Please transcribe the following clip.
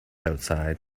outside